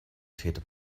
täter